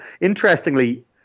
Interestingly